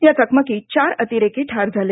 या चकमकीत चार अतिरेकी ठार झाले